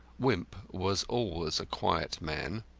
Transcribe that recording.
wimp was always a quiet man.